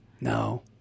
No